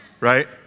right